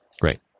great